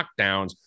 lockdowns